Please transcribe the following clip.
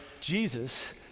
Jesus